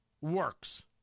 works